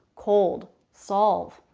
cold, solve,